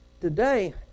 today